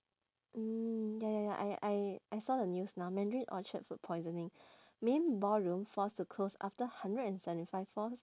mm ya ya ya I I I saw the news now mandarin orchard food poisoning main ballroom forced to close after hundred and seventy five fa~